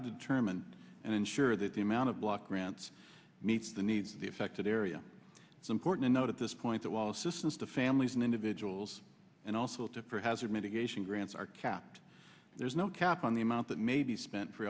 determine and ensure that the amount of block grants meets the needs of the affected area it's important to note at this point that while assistance to families and individuals and also to for hazard mitigation grants are capped there is no cap on the amount that may be spent for